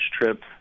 trip